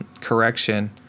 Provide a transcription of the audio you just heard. Correction